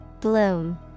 Bloom